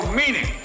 meaning